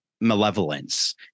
malevolence